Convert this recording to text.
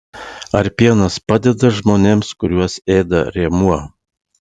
ar pienas padeda žmonėms kuriuos ėda rėmuo